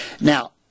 now